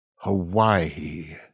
Hawaii